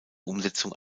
umsetzung